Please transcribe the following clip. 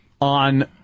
on